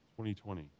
2020